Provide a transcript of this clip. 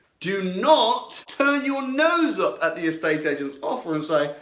do not turn your nose up at the estate agent's offer and say,